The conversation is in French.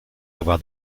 avoir